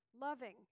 loving